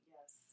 Yes